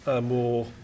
more